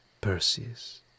Perseus